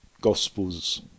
Gospels